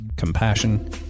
compassion